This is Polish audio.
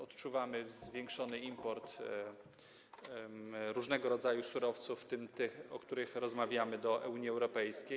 Odczuwamy zwiększony import różnego rodzaju surowców, w tym tych, o których rozmawiamy, do Unii Europejskiej.